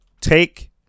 take